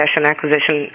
acquisition